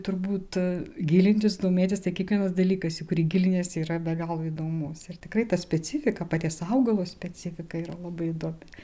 turbūt gilintis domėtis tai kiekvienas dalykas į kurį gilinies yra be galo įdomus ir tikrai ta specifika paties augalo specifika yra labai įdomi